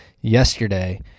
Yesterday